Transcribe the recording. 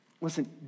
listen